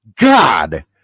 God